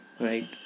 right